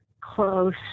close